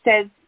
says